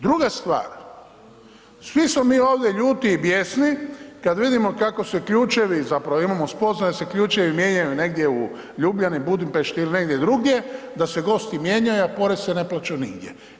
Druga stvar, svi smo mi ovdje ljuti i bijesni kad vidimo kako se ključevi, zapravo imamo spoznaje da se ključevi mijenjaju negdje u Ljubljani, Budimpešti ili negdje drugdje, da se gosti mijenjaju, a porez se ne plaća nigdje.